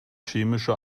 chemische